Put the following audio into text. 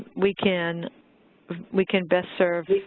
we can we can best serve